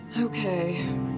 Okay